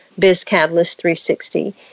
BizCatalyst360